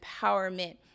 empowerment